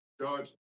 George